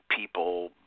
people